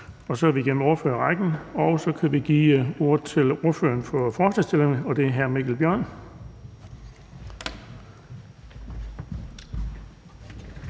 Så er vi igennem ordførerrækken, og vi kan give ordet til ordføreren for forslagsstillerne, og det er hr. Mikkel Bjørn.